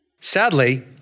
Sadly